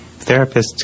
therapists